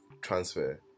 transfer